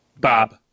Bob